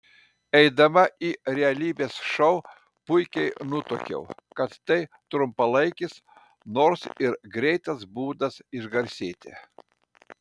eidama į realybės šou puikiai nutuokiau kad tai trumpalaikis nors ir greitas būdas išgarsėti